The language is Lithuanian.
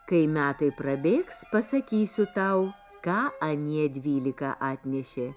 kai metai prabėgs pasakysiu tau ką anie dvylika atnešė